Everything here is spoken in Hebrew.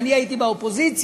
כשאני הייתי באופוזיציה,